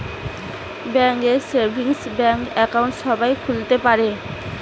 bank এ savings bank account সবাই খুলতে পারে